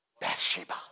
Bathsheba